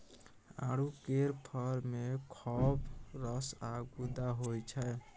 आड़ू केर फर मे खौब रस आ गुद्दा होइ छै